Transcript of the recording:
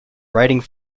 writing